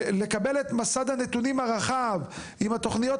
לקבל את מסד הנתונים הרחב עם התוכניות